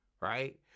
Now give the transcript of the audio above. right